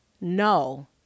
No